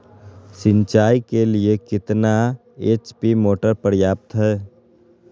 सिंचाई के लिए कितना एच.पी मोटर पर्याप्त है?